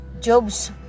Job's